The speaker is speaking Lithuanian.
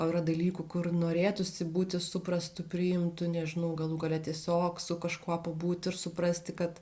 o yra dalykų kur norėtųsi būti suprastu priimtu nežinau galų gale tiesiog su kažkuo pabūti ir suprasti kad